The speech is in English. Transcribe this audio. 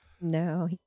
No